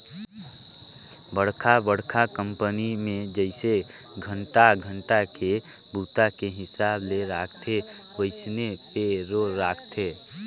बड़खा बड़खा कंपनी मे जइसे घंटा घंटा के बूता के हिसाब ले राखथे वइसने पे रोल राखथे